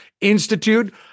Institute